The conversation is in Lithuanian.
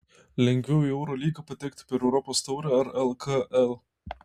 lengviau į eurolygą patekti per europos taurę ar lkl